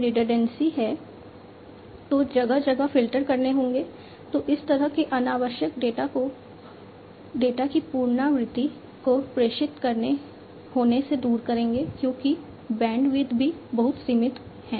redundancy है तो जगह जगह फ़िल्टर करने होंगे जो इस तरह के अनावश्यक डेटा की पुनरावृत्ति को प्रेषित होने से दूर करेंगे क्योंकि बैंडविड्थ भी बहुत सीमित है